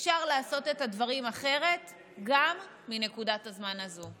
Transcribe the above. אפשר לעשות את הדברים אחרת גם בנקודת הזמן הזו.